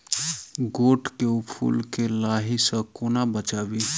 गोट केँ फुल केँ लाही सऽ कोना बचाबी?